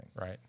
Right